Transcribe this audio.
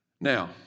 Now